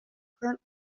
current